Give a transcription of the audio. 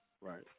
Right